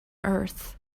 earth